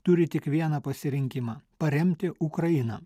turi tik vieną pasirinkimą paremti ukrainą